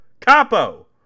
capo